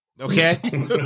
Okay